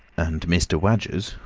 and mr. wadgers,